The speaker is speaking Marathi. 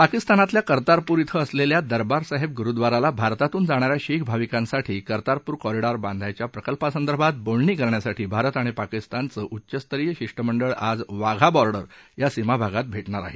पाकिस्तानातल्या कर्तारपूर इथं असलेल्या दरबारसाहेब गुरुद्वाराला भारतातून जाणाऱ्या शीख भाविकांसाठी कर्तारपूर कॉरिडॉर बांधण्याच्या प्रकल्पासंदर्भात बोलणी करण्यासाठी भारत आणि पाकिस्तानचं उच्चस्तरीय शिष्टमंडळ आज वाघाबॉर्डर या सीमाभागात भेगार आहे